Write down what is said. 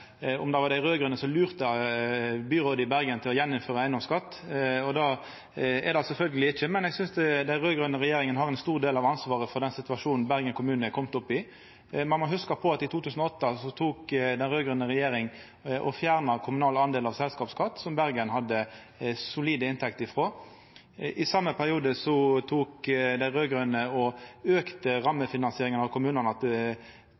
at det var dei raud-grøne som lurte byrådet i Bergen til igjen å innføra eigedomsskatt. Det er det sjølvsagt ikkje, men eg synest at den raud-grøne regjeringa har ein stor del av ansvaret for den situasjonen Bergen kommune har kome opp i. Ein må hugsa på at i 2008 fjerna den raud-grøne regjeringa den kommunale delen av selskapsskatten som Bergen hadde solide inntekter frå. I den same perioden auka dei raud-grøne rammefinansieringa til